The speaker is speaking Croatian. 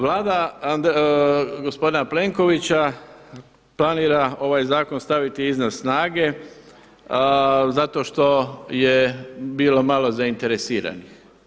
Vlada gospodina Plenkovića planira ovaj zakon staviti izvan snage zato što je bilo malo zainteresiranih.